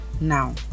Now